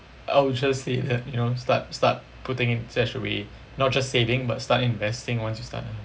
I will just say that you know start start putting in StashAway not just saving but start investing once you start earning